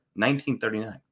1939